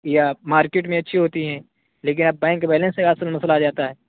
یا مارکیٹ میں اچھی ہوتی ہیں لیکن اب بینک بیلینس سے اصل مسئلہ آ جاتا ہے